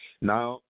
Now